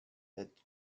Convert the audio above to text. that